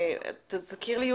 האחד זה חברה פרטית,